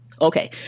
Okay